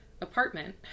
apartment